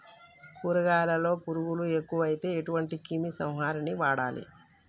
కూరగాయలలో పురుగులు ఎక్కువైతే ఎటువంటి క్రిమి సంహారిణి వాడాలి?